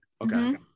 okay